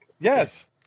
yes